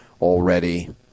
already